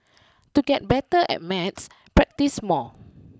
to get better at maths practise more